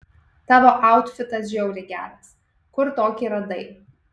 tavo autfitas žiauriai geras kur tokį radai